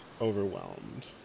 overwhelmed